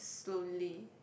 slowly